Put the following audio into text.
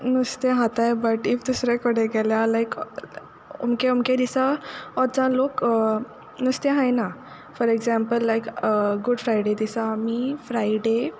नुस्तें खाताय but if दुसरे कोडे गेल्या लायक अमके अमके दिसा लोक नुस्तें खायना for example like good Friday दिसा आमी फ्रायडे